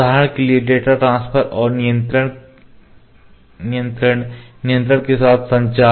उदाहरण के लिए डेटा ट्रांसफर और नियंत्रण नियंत्रक के साथ संचार